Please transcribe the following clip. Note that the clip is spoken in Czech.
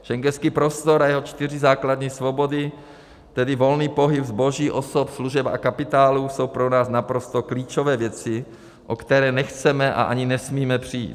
Schengenský prostor a jeho čtyři základní svobody, tedy volný pohyb zboží, osob, služeb a kapitálu, jsou pro nás naprosto klíčové věci, o které nechceme a ani nesmíme přijít.